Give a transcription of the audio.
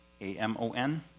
A-M-O-N